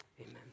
Amen